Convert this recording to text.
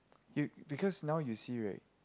you because now you see right